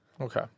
Okay